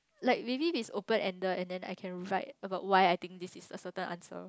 like maybe it's open ended and then I can write about why I think this is a certain answer